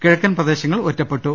കിഴക്കൻ പ്രദേശങ്ങൾ ഒറ്റ പ്പെട്ടു